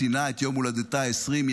ציינה את יום הולדתה ה-20,